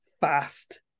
fast